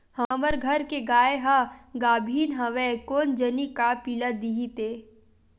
हमर घर के गाय ह गाभिन हवय कोन जनी का पिला दिही ते